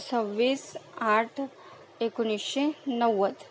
सव्वीस आठ एकोणीसशे नव्वद